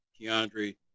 KeAndre